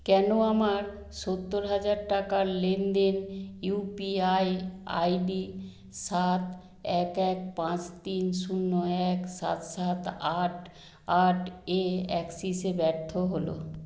কেন আমার সত্তর হাজার টাকার লেনদেন ইউপিআই আইডি সাত এক এক পাঁচ তিন শূন্য এক সাত সাত আট আট এ অ্যাক্সেসে ব্যর্থ হল